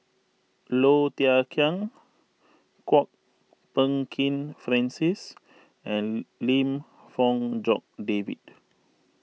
Low Thia Khiang Kwok Peng Kin Francis and Lim Fong Jock David